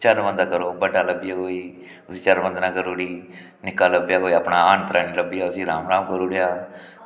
चरणवंदना करो बड्डा लब्भी गेआ कोई उस्सी चरणवंदना करी ओड़ी निक्का लब्भेआ कोई अपना हानी त्रानी लब्भी गेआ उस्सी राम राम करी ओड़ेआ